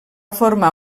formar